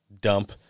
dump